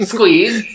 Squeeze